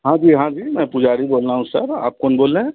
हाँ जी हाँ जी मैं पुजारी बोल रहा हूँ सर आप कौन बोल रहे हैं